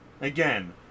again